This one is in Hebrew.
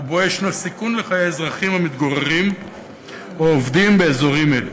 שבו יש סיכון לחיי אזרחים המתגוררים או עובדים באזורים האלה.